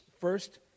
First